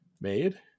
made